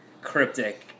cryptic